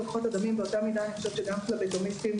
לוקחות דמים אני חושבת שבאותה מידה גם פבלוטומיסטים